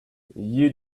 you